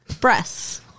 breasts